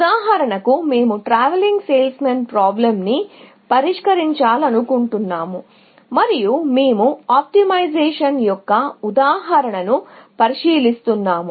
ఉదాహరణకు మేము TSP ని పరిష్కరించాలను కుంటున్నాము అందుకు ఈ ఆప్టిమైజేషన్ యొక్క ఉదాహరణను పరిశీలిస్తున్నాము